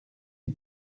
une